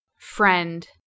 Friend